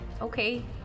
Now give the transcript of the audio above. Okay